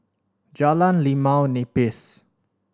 Jalan Limau Nipis